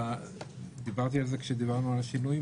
דיברתי על זה כשדיברנו על השינויים.